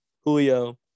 Julio